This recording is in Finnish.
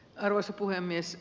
arvoisa puhemies